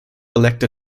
elect